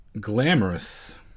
glamorous